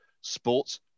sports